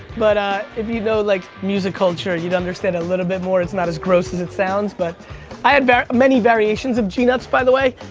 but ah if you know like music culture, you'd understand a little bit more. it's not as gross as it sounds but i had many variations of geenuts, by the way.